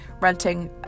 renting